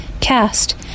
Cast